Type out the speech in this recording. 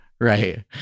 Right